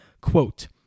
quote